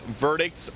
verdicts